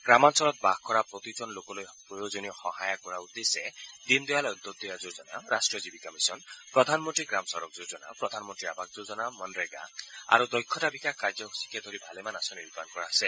গ্ৰামাঞ্চলত বাস কৰা প্ৰত্যেক লোককে প্ৰয়োজনীয় সহায় আগবঢ়োৱৰ উদ্দেশ্যে দীন দয়াল অন্ত্যোদয়া যোজনা ৰাষ্টীয় জীৱিকা মিছন প্ৰধানমন্ত্ৰী গ্ৰাম চড্ক যোজনা প্ৰধানমন্ত্ৰী আবাস যোজনা মনৰেগা আৰু দক্ষতা বিকাশ কাৰ্যসূচীকে ধৰি ভালেমান আঁচনি ৰূপায়ণ কৰা হৈছে